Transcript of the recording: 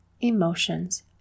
emotions